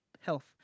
Health